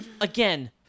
again